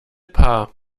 paar